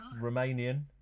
Romanian